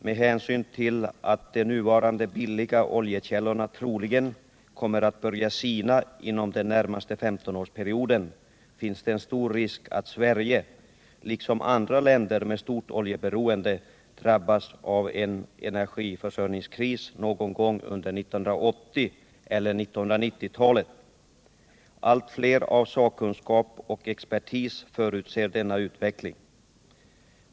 Med hänsyn till att de nuvarande billiga oljekällorna troligen kommer att börja sina inom den närmaste 15-årsperioden finns det en stor risk att Sverige, liksom andra länder med stort oljeberoende, drabbas av energiförsörjningskris någon gång under 1980 eller 1990-talet. Allt fler bland sakkunskap och expertis förutser denna utveckling.